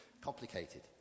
Complicated